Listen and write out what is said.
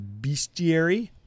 Bestiary